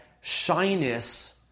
shyness